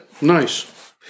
Nice